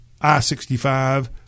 I-65